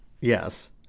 Yes